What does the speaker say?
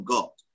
God